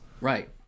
Right